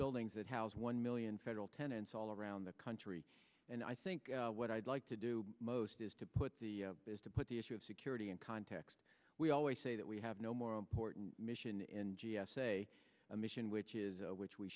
buildings that house one million federal tenants all around the country and i think what i'd like to do most is to put the is to put the issue of security in context we always say that we have no more important mission in g s a a mission which is which we